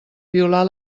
violar